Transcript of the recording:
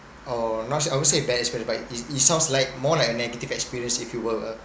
or not I would not say bad experience but it it sounds like more like a negative experience if you were a